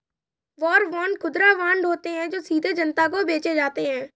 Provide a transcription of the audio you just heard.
war bond खुदरा bond होते हैं जो सीधे जनता को बेचे जाते हैं